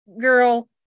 girl